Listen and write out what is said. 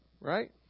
Right